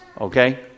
Okay